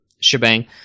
shebang